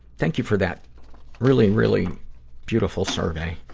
thank you for that really, really beautiful survey.